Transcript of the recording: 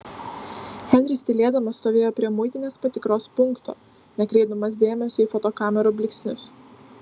henris tylėdamas stovėjo prie muitinės patikros punkto nekreipdamas dėmesio į fotokamerų blyksnius